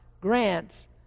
grants